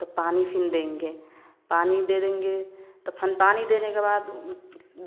तो पानी फिर देंगे पानी दे देंगे तो फिर पानी देने के बाद